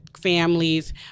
families